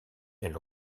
elle